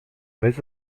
weź